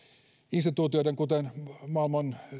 instituutioiden kuten maailman